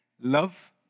love